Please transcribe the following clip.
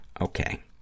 Okay